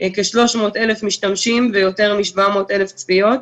כ-300,000 משתמשים ויותר מ-700,000 צפיות,